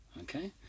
Okay